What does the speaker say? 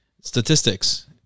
statistics